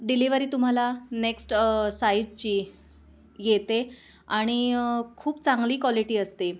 delivery तुम्हाला next साईजची येते आणि खूप चांगली क्वालिटी असते